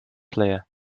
player